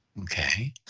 Okay